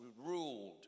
ruled